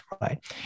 right